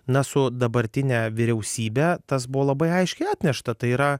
na su dabartine vyriausybe tas buvo labai aiškiai atnešta tai yra